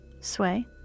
Sway